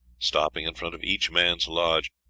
stopping in front of each man's lodge,